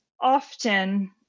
often